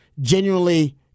genuinely